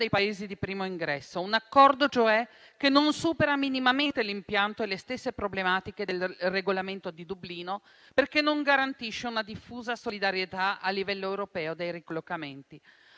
Paesi di primo ingresso, un accordo, cioè, che non supera minimamente l'impianto e le stesse problematiche del Regolamento di Dublino, perché non garantisce una diffusa solidarietà a livello europeo dei ricollocamenti.